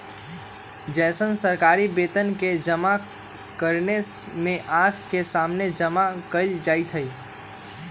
जैसन सरकारी वेतन के जमा करने में आँख के सामने जमा कइल जाहई